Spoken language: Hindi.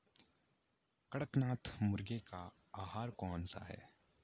कड़कनाथ मुर्गे का आहार कौन सा है?